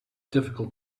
difficult